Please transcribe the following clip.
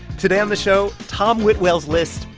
today on the show, tom whitwell's list,